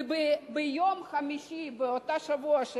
וביום חמישי באותו שבוע,